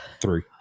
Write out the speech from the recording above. three